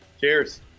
cheers